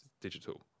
digital